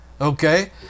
Okay